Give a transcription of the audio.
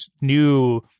new